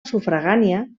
sufragània